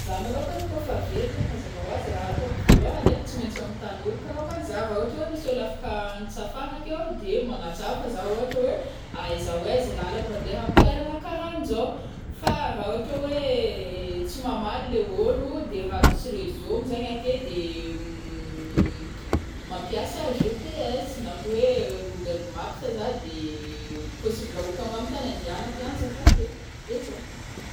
Za malôkagny kô fa very zegny mazava hoazy raha ataoko voalôhany ai, tsy maintsy anontagny ôlo kalôngany za, ra ôhatra oe misy ôlo afaka agnantsafangna akeo a de magnantsafa za ôhatra oe aiza ho aiza làlagna mandeha amintoeragna karanjao, fa ra ôhatra oe tsy mamaly le ôlo de ra misy réseau mo zegny ake de mampiasa GPS na koa oe Google Maps za de possible ho tônga am tagny andihagnako ihany za avake de zay.